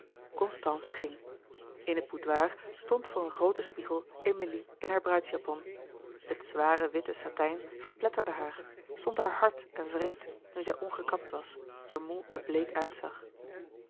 ging in het boudoir stond voor een grooten spiegel emilie in haar bruidsjapon het zware witte satijn verpletterde haar stond haar hard en wreed nu zij ongekapt was er moê en bleek uitzag